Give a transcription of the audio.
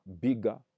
bigger